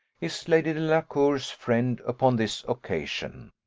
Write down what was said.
is lady delacour's friend upon this occasion